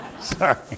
Sorry